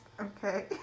Okay